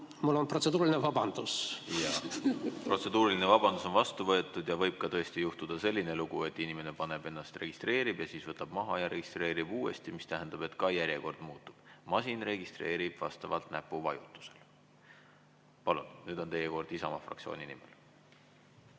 Mul on protseduuriline vabandus. Protseduuriline vabandus on vastu võetud. Võib tõesti juhtuda selline lugu, et inimene ennast registreerib ja siis võtab maha ja registreerib uuesti, mis tähendab, et ka järjekord muutub. Masin registreerib vastavalt näpuvajutusele. Palun, nüüd on teie kord Isamaa fraktsiooni nimel!